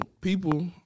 people